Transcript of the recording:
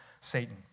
Satan